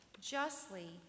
justly